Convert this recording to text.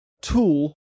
tool